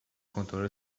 کنترل